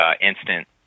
instant